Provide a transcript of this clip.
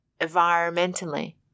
environmentally